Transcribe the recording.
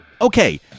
okay